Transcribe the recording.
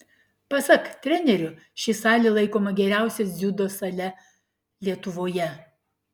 pasak trenerio ši salė laikoma geriausia dziudo sale lietuvoje